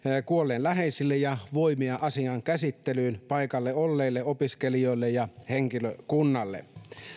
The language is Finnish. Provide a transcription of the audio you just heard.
kuolleen läheisille ja voimia asian käsittelyyn paikalla olleille opiskelijoille ja henkilökunnalle